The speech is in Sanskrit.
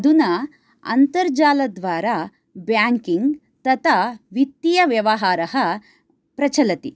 अधुना अन्तर्जालद्वारा ब्याङ्किङ् तथा वित्तीयव्यवहारः प्रचलति